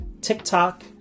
TikTok